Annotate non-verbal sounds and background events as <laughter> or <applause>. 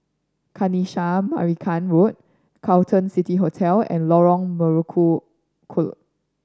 Kanisha Marican Road Carlton City Hotel and Lorong Melukut <unintelligible>